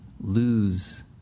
lose